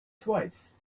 twice